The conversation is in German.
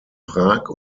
prag